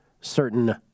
certain